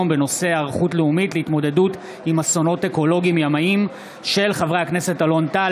דיון בהצעה לסדר-היום של חברי הכנסת אלון טל,